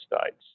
states